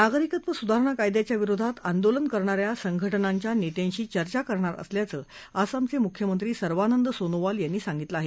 नागरिकत्व सुधारणा कायद्याच्या विरोधात आंदोलन करणाऱ्या संघटनांच्या नेत्यांशी चर्चा करणार असल्याचं आसामचे मुख्यमंत्री सर्वानंद सोनोवाल यांनी सांगितलं आहे